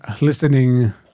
listening